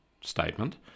statement